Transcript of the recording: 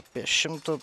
apie šimtą